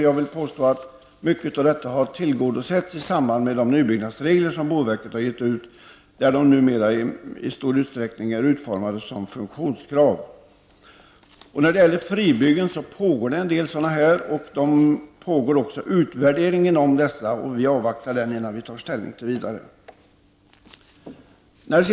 Jag vill påstå att mycket av detta önskemål har tillgodosetts i samband med de nybyggnadsregler som boverket har gett ut och som numera i stor utsträckning är utformade som funktionskrav. När det gäller fribyggen pågår en del sådana. Det pågår också en utvärdering av dessa fribyggen, och vi avvaktar den utvärderingen innan vi tar vidare ställning.